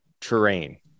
terrain